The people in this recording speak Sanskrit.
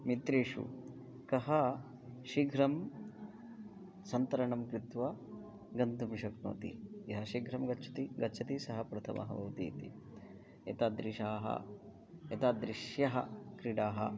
मित्रेषु कः शीघ्रं सन्तरणं कृत्वा गन्तुं शक्नोति यः शीघ्रं गच्छति गच्छति सः प्रथमः भवति इति एतादृशाः एतादृश्यः क्रीडाः